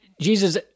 jesus